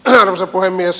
arvoisa puhemies